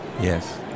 yes